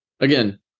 Again